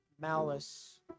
malice